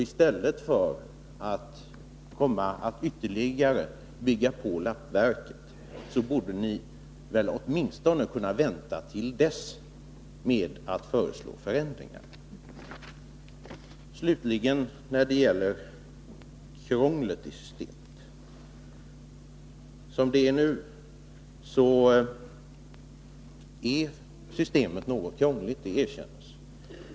I stället för att ytterligare bygga på ett lappverk borde ni väl åtminstone kunna vänta med att föreslå förändringar till dess det arbetet är avslutat. Slutligen när det gäller krångel i systemet: Som det är nu är systemet något krångligt, det erkänns.